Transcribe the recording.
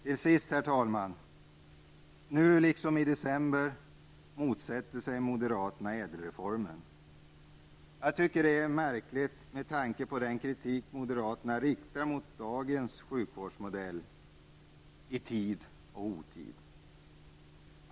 Till sist, herr talman, motsätter sig moderaterna nu, liksom i december, ÄDEL-reformen. Jag tycker det är märkligt med tanke på den kritik som moderaterna riktar mot dagens sjukvårdsmodell i tid och otid.